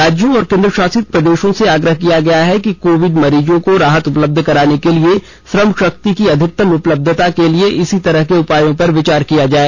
राज्यों और केन्द्र शासित प्रदेशों से आग्रह किया गया है कि कोविड मरीजों को राहत उपलब्ध कराने के लिए श्रम शक्ति की अधिकतम उपलब्धंता के लिए इसी तरह के उपायों पर विचार किया जाए